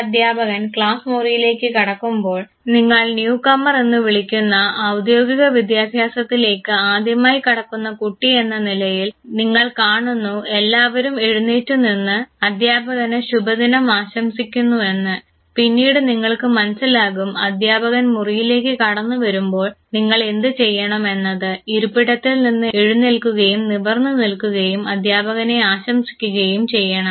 ഒരു അധ്യാപകൻ ക്ലാസ് മുറിയിലേക്ക് കടക്കുമ്പോൾ നിങ്ങൾ ന്യൂ കമർ എന്നു വിളിക്കുന്ന ഔദ്യോഗിക വിദ്യാഭ്യാസത്തിലേക്ക് ആദ്യമായി കടക്കുന്ന കുട്ടി എന്ന നിലയിൽ നിങ്ങൾ കാണുന്നു എല്ലാവരും എഴുന്നേറ്റു നിന്ന് അധ്യാപകന് ശുഭദിനം ആശംസിക്കുന്നു എന്ന് പിന്നീട് നിങ്ങൾക്ക് മനസ്സിലാകും അധ്യാപകൻ മുറിയിലേക്ക് കടന്നു വരുമ്പോൾ നിങ്ങൾ എന്ത് ചെയ്യണം എന്നത് ഇരിപ്പിടത്തിൽ നിന്ന് എഴുന്നേൽക്കുകയും നിവർന്നു നിൽക്കുകയും അധ്യാപകനെ ആശംസിക്കുകയും ചെയ്യണം